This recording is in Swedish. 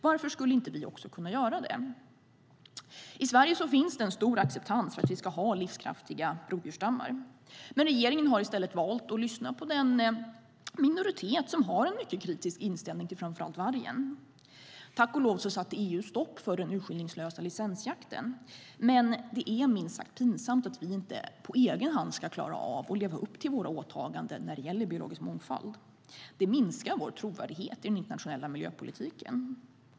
Varför skulle inte vi också kunna göra det? I Sverige finns det en stor acceptans för att vi ska ha livskraftiga rovdjursstammar, men regeringen har i stället valt att lyssna på den minoritet som har en mycket kritisk inställning till framför allt vargen. Tack och lov satte EU stopp för den urskillningslösa licensjakten, men det är minst sagt pinsamt att vi inte på egen hand ska klara av att leva upp till våra åtaganden när det gäller biologisk mångfald. Det minskar vår trovärdighet i den internationella miljöpolitiken.